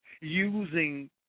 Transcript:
using